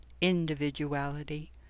individuality